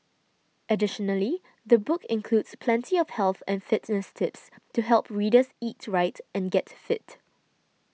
additionally the book includes plenty of health and fitness tips to help readers eat right and get fit